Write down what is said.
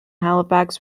halifax